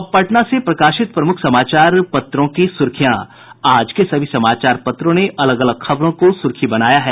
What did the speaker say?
और अब पटना से प्रकाशित समाचार पत्रों की सुर्खियां आज के सभी समाचार पत्रों ने अलग अलग खबरों को सुर्खी बनाया है